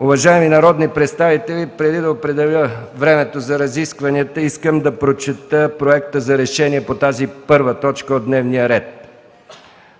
Уважаеми народни представители, преди да определя времето за разисквания, искам да прочета проекта за решение по тази първа точка от дневния ред.